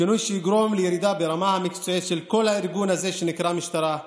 שינוי שיגרום לירידה ברמה המקצועית של כל הארגון הזה שנקרא משטרה,